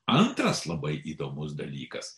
antras labai įdomus dalykas